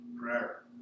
Prayer